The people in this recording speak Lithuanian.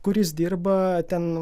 kuris dirba ten